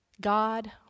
God